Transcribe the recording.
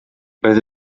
roedd